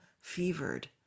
fevered